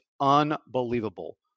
unbelievable